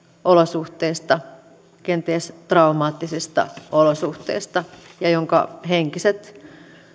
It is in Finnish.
olosuhteista kenties traumaattisista olosuhteista ja jonka henkiset